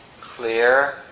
clear